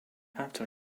after